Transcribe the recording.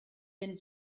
denn